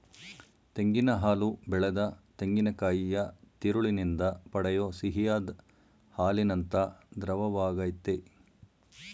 ತೆಂಗಿನ ಹಾಲು ಬೆಳೆದ ತೆಂಗಿನಕಾಯಿಯ ತಿರುಳಿನಿಂದ ಪಡೆಯೋ ಸಿಹಿಯಾದ್ ಹಾಲಿನಂಥ ದ್ರವವಾಗಯ್ತೆ